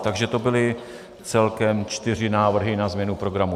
Takže to byly celkem čtyři návrhy na změnu programu.